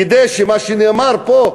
כמו שנאמר פה,